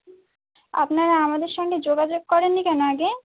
আপনারা আমাদের সঙ্গে যোগাযোগ করেন নি কেন আগে